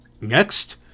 next